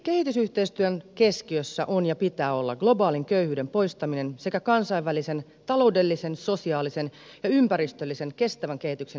kehitysyhteistyön keskiössä on ja pitää olla globaalin köyhyyden poistaminen sekä kansainvälisen taloudellisen sosiaalisen ja ympäristöllisen kestävän kehityksen edistäminen